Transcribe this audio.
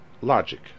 logic